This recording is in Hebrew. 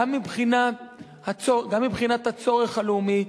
גם מבחינת הצורך הלאומי,